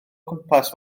gwmpas